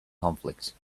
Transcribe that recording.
conflict